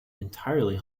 entirely